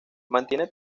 mantiene